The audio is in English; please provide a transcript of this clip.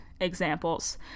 examples